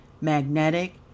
magnetic